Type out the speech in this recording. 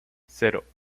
cero